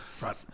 Right